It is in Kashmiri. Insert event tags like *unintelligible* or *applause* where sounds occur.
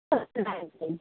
*unintelligible*